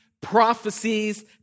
prophecies